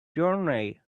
journey